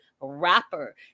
rapper